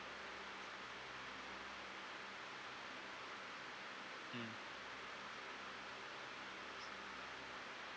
mm